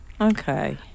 okay